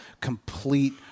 complete